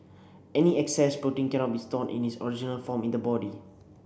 any excess protein cannot be stored in its original form in the body